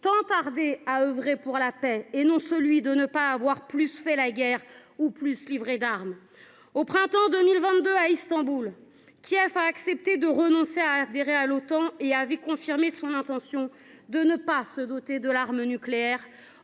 tant tardé, à œuvrer pour la paix, et non celui d’avoir plus fait la guerre ou livré davantage d’armes. Au printemps 2022, à Istanbul, Kiev a accepté de renoncer à adhérer à l’Otan et a confirmé son intention de ne pas se doter de l’arme nucléaire